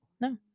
No